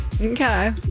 Okay